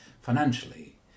financially